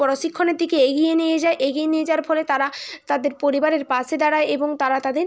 প্রশিক্ষণের দিকে এগিয়ে নিয়ে যায় এগিয়ে নিয়ে যাওয়ার ফলে তারা তাদের পরিবারের পাশে দাঁড়ায় এবং তারা তাদের